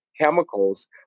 chemicals